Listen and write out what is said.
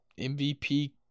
MVP